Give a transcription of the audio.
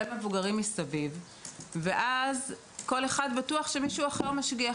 מבוגרים מסביב ואז כל אחד בטוח שמישהו אחר משגיח.